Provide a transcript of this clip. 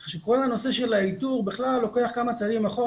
ככה שכל הנושא של האיתור בכלל לוקח כמה צעדים אחורה